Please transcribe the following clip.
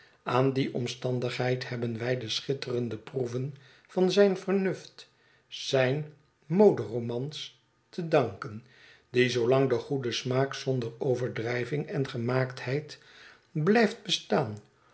aan die omstandigheid hebben wij de schitterende proeven van zijn vernuft zijn moderomans te danken die zoolang de goede smaak zonder overdrijving en gemaaktheid blijft bestaan